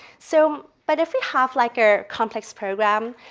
so but if we have like a complex program,